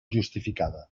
justificada